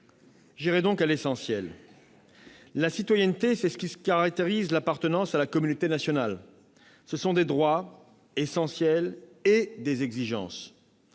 J'irai à l'essentiel. La citoyenneté, c'est ce qui caractérise l'appartenance à la communauté nationale ; ce sont des droits, essentiels, et des exigences.